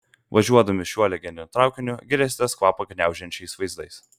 važiuodami šiuo legendiniu traukiniu gėrėsitės kvapą gniaužiančiais vaizdais